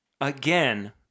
Again